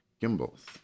Gimbals